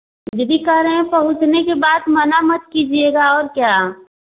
दीदी कह रहे हैं पहुँचने के बाद मना मत कीजिएगा और क्या